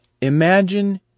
Imagine